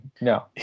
No